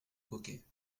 coquet